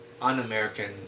un-American